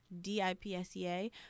D-I-P-S-E-A